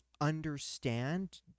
understand